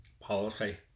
policy